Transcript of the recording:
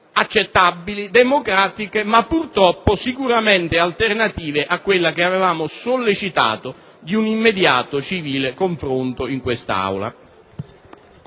accettabili e democratiche, ma purtroppo sicuramente alternative a quella che avevamo sollecitato, che prevedeva un immediato e civile confronto in quest'Aula.